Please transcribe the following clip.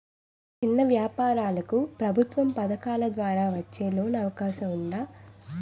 చిన్న వ్యాపారాలకు ప్రభుత్వం పథకాల ద్వారా వచ్చే లోన్ అవకాశం ఉందా?